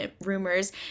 rumors